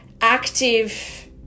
active